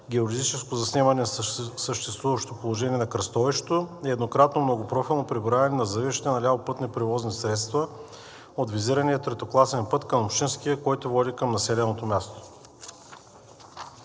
геодезическо заснемане на съществуващо положение на кръстовището и еднократно многопрофилно преброяване на завиващите наляво пътни превозни средства от визирания третокласен път към общинския, който води към населеното място.